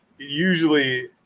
Usually